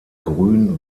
grün